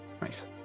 Nice